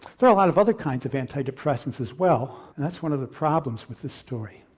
there are a lot of other kinds of antidepressants as well and that's one of the problems with this story.